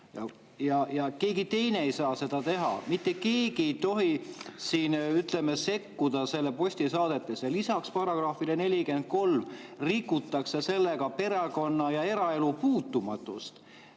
Keegi teine ei saa seda teha, mitte keegi ei tohi siin, ütleme, sekkuda postisaadetisse. Lisaks §‑le 43 rikutakse sellega perekonna ja eraelu puutumatust.